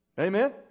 Amen